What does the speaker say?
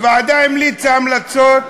הוועדה המליצה המלצות.